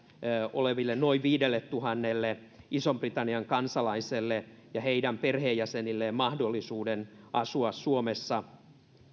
oleville noin viidelletuhannelle ison britannian kansalaiselle ja heidän perheenjäsenilleen mahdollisuuden asua suomessa